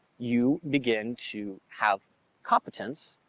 you begin to have competence,